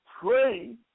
pray